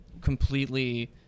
completely